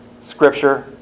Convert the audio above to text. Scripture